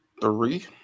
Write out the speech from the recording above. three